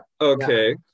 okay